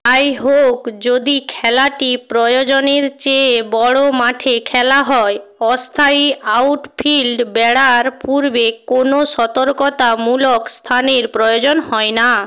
যাই হোক যদি খেলাটি প্রয়োজনের চেয়ে বড়ো মাঠে খেলা হয় অস্থায়ী আউট ফিল্ড বেড়ার পূর্বে কোনো সতর্কতামূলক স্থানের প্রয়োজন হয় না